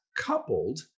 Coupled